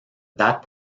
that